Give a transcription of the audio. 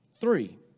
three